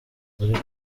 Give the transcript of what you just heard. buri